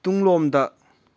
ꯇꯨꯡꯂꯣꯝꯗ